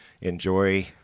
enjoy